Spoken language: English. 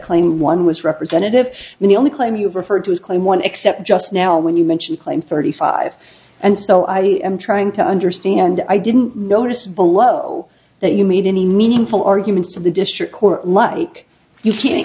claimed one was representative and the only claim you've referred to is claim one except just now when you mention the claim thirty five and so i am trying to understand i didn't notice below that you made any meaningful arguments to the district court like you can't